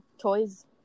toys